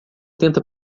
tenta